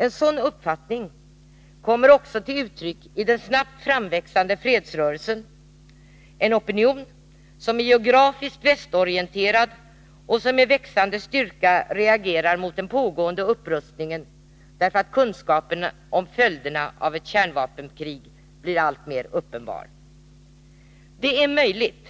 En sådan uppfattning kommer också till uttryck i den snabbt framväxande fredsrörelsen, en opinion som geografiskt är västorienterad och som med växande styrka reagerar mot den pågående upprustningen därför att följderna av ett kärnvapenkrig blir alltmer uppenbara. Det är möjligt